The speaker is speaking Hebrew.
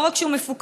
לא רק שהוא מפוקח,